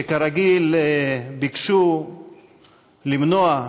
שכרגיל ביקשו למנוע,